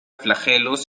flagelos